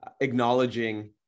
acknowledging